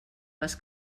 les